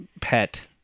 pet